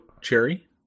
cherry